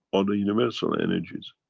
on the universal energies.